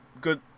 good